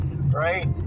right